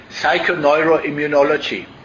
Psychoneuroimmunology